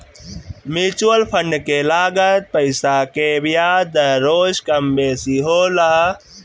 mutual fund के लागल पईसा के बियाज दर रोज कम बेसी होला